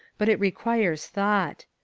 but it requires thought.